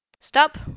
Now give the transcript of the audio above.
Stop